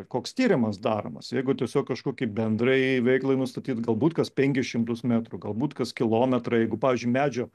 koks tyrimas daromas jeigu tiesiog kažkokiai bendrai veiklai nustatyt galbūt kas penkis šimtus metrų galbūt kas kilometrą jeigu pavyzdžiui medžio